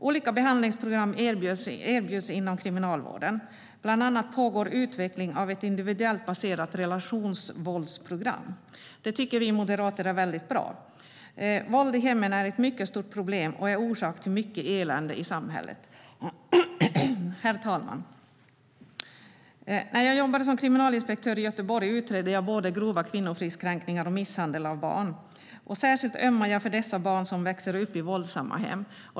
Olika behandlingsprogram erbjuds inom kriminalvården. Bland annat pågår utveckling av ett individuellt baserat relationsvåldsprogram. Det tycker vi moderater är mycket bra. Våld i hemmen är ett stort problem och är orsak till mycket elände i samhället. Herr talman! När jag jobbade som kriminalinspektör i Göteborg utredde jag både grova kvinnofridskränkningar och misshandel av barn. Särskilt ömmar jag för de barn som växer upp i våldsamma hem.